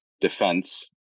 defense